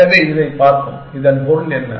எனவே இதைப் பார்ப்போம் இதன் பொருள் என்ன